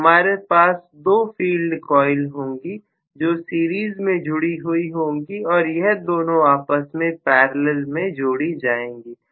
तू हमारे पास दो फील्ड कॉइल होंगी जो सीरीज में जुड़ी हुई होंगी और यह दोनों आपस में पैरेलल में जोड़ी जाएंगे